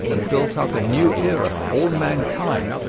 and built up a new era for all mankind.